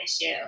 issue